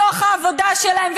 מתוך העבודה שלהם,